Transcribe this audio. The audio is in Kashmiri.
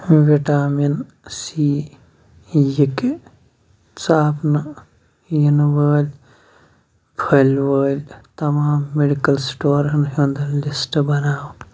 وِٹامِن سی یِکہٕ ژاپنہٕ یِنہٕ وٲلۍ پھٔلۍ وٲلۍ تمام مٮ۪ڈِکَل سِٹورَن ہُنٛد لِسٹ بناو